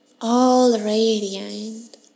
all-radiant